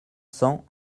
cents